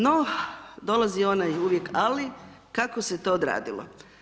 No dolazi onaj uvijek ali, kako se to odradilo.